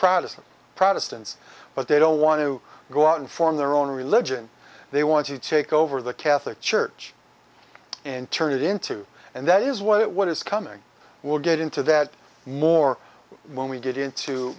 protestant protestants but they don't want to go out and form their own religion they want to take over the catholic church and turn it into and that is what it what is coming we'll get into that more when we get into